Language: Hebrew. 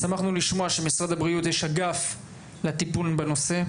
שמחנו לשמוע שלמשרד החינוך יש אגף לטיפול בנושא.